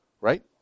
right